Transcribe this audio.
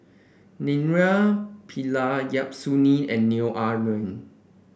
Naraina Pillai Yap Su Yin and Neo Ah Luan